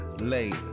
late